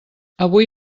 avui